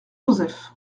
joseph